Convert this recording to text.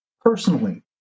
personally